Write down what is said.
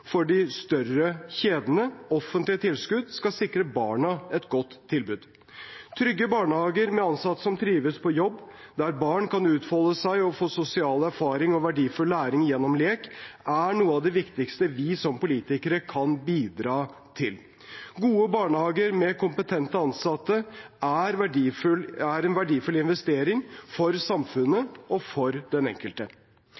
for de større kjedene. Offentlige tilskudd skal sikre barna et godt tilbud. Trygge barnehager med ansatte som trives på jobb, der barn kan utfolde seg og få sosial erfaring og verdifull læring gjennom lek, er noe av det viktigste vi som politikere kan bidra til. Gode barnehager med kompetente ansatte er en verdifull investering for samfunnet